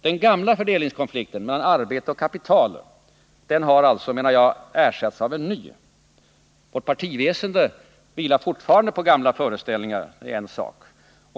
Den gamla fördelningskonflikten mellan arbete och kapital har alltså, menar jag, ersatts av en ny. Men vårt partiväsende vilar fortfarande på gamla föreställningar.